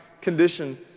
condition